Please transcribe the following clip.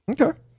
Okay